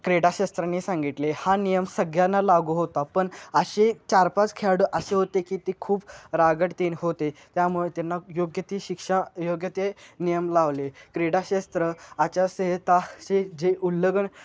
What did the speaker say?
क्रीडाशास्त्रानी सांगितले हा नियम सगळ्यांना लागू होता पण असे चारपाच खेळाडू असे होते की ते खूप रांगडतीन होते त्यामुळे त्यांना योग्य ती शिक्षा योग्य ते नियम लावले क्रीडाशास्त्र आचारसंहिताचे जे उल्लंगन